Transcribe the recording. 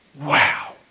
wow